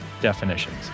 definitions